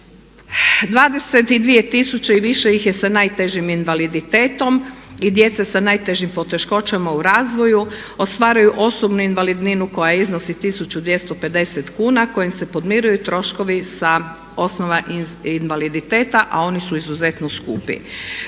22 000 i više ih je sa najtežim invaliditetom. I djeca sa najtežim poteškoćama u razvoju ostvaruju osobnu invalidninu koja iznosi 1250 kuna kojim se podmiruju troškovi sa osnova invaliditeta, a oni su izuzetno skupi.